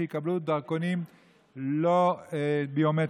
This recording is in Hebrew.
כדי שיקבלו דרכונים לא ביומטריים,